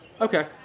Okay